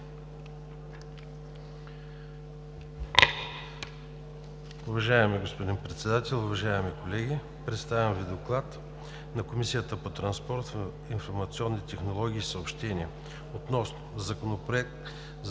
Уважаеми господин Председател, уважаеми колеги! Представям Ви „ДОКЛАД на Комисията по транспорт, информационни технологии и съобщенията относно Законопроект за